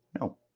no